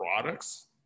products